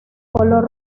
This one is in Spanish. color